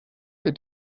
you